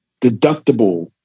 deductible